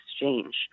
Exchange